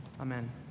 Amen